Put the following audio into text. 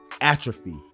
atrophy